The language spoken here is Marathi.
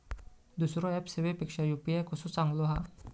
दुसरो ऍप सेवेपेक्षा यू.पी.आय कसो चांगलो हा?